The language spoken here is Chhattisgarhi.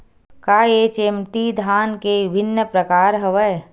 का एच.एम.टी धान के विभिन्र प्रकार हवय?